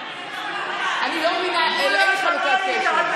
אני לא מבינה, אין לי חלוקת קשב.